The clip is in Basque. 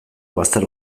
bazter